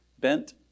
bent